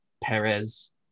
Perez